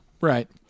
Right